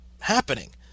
happening